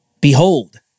Behold